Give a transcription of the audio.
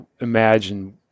imagine